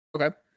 okay